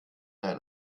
ein